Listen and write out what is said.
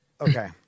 Okay